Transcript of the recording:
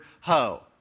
ho